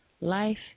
Life